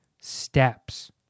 steps